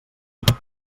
dur